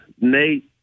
Nate